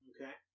Okay